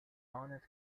bonnet